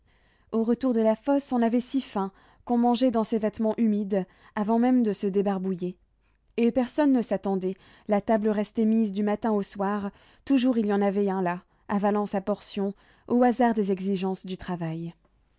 au retour de la fosse on avait si faim qu'on mangeait dans ses vêtements humides avant même de se débarbouiller et personne ne s'attendait la table restait mise du matin au soir toujours il y en avait un là avalant sa portion au hasard des exigences du travail